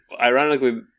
ironically